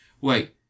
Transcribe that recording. Wait